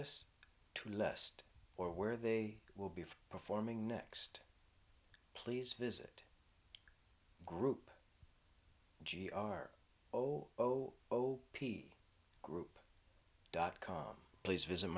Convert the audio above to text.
us two lest or where they will be performing next please visit group g r o o o p group dot com please visit